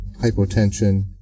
hypotension